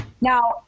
Now